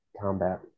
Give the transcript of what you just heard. combat